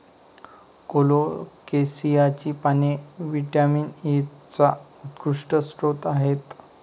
कोलोकेसियाची पाने व्हिटॅमिन एचा उत्कृष्ट स्रोत आहेत